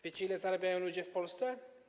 Wiecie, ile zarabiają ci ludzie w Polsce?